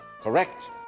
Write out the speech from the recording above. Correct